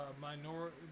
minority